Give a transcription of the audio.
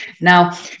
Now